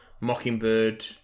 Mockingbird